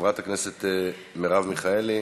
חברת הכנסת מרב מיכאלי,